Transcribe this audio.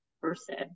person